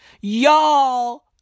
y'all